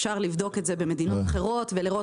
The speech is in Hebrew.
אפשר לבדוק את זה במדינות אחרות ולראות